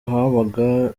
habaga